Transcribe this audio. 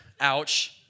Ouch